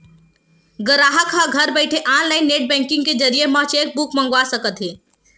गराहक ह घर बइठे ऑनलाईन नेट बेंकिंग के जरिए म चेकबूक मंगवा सकत हे